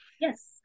Yes